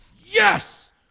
Yes